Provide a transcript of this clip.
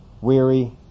weary